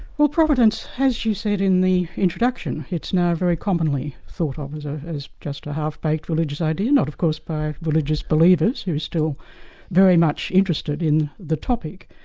well providence as you said in the introduction, it's now very commonly thought um of ah as just a half-baked religious idea not of course by religious believers who are still very much interested in the topic.